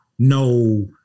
no